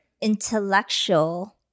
intellectual